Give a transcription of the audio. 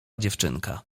dziewczynka